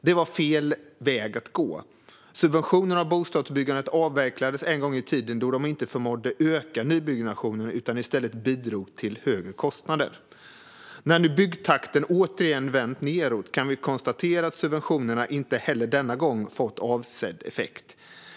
Det var fel väg att gå. Subventionerna av bostadsbyggandet avvecklades en gång i tiden då de inte förmådde öka nybyggnationen utan i stället bidrog till högre kostnader. När nu byggtakten återigen vänt neråt kan vi konstatera att subventionerna inte heller denna gång fått avsedd effekt.